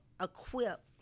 equipped